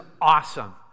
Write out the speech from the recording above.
awesome